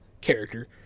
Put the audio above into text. character